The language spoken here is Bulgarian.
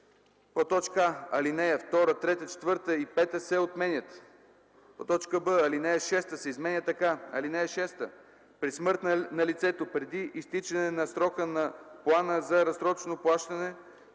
§ 9: а) алинеи 2, 3, 4 и 5 се отменят; б) алинея 6 се изменя така: „(6) При смърт на лицето преди изтичане на срока на плана за разсрочено плащане